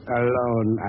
alone